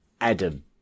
Adam